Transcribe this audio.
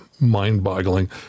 mind-boggling